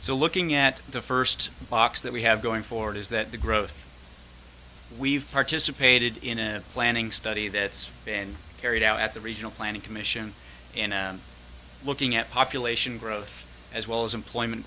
so looking at the first box that we have going forward is that the growth we've participated in a planning study that's been carried out at the regional planning commission and looking at population growth as well as employment